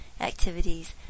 activities